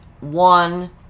One